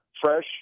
fresh